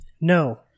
No